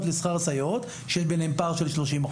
המטפלות לשכר הסייעות שיש ביניהם פער של 30%